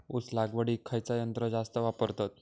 ऊस लावडीक खयचा यंत्र जास्त वापरतत?